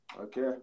Okay